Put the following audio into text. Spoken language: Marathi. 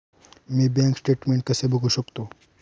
मी बँक स्टेटमेन्ट कसे बघू शकतो?